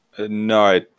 No